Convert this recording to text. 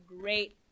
great